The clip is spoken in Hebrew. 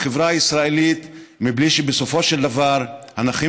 החברה הישראלית בלי שבסופו של דבר הנכים